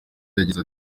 yagize